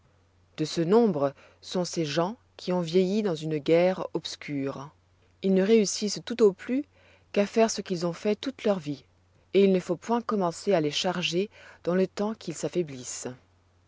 de ce nombre sont ces gens qui ont vieilli dans une guerre obscure ils ne réussissent tout au plus qu'à faire ce qu'ils ont fait toute leur vie et il ne faut point commencer à les charger dans le temps qu'ils s'affaiblissent